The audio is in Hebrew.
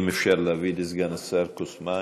אם אפשר להביא לסגן השר כוס מים.